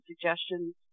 suggestions